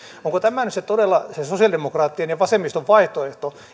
onko tämä nyt todella se sosialidemokraattien ja vasemmiston vaihtoehto